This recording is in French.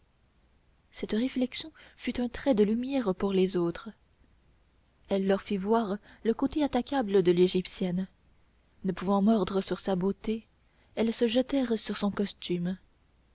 cette réflexion fut un trait de lumière pour les autres elle leur fit voir le côté attaquable de l'égyptienne ne pouvant mordre sur sa beauté elles se jetèrent sur son costume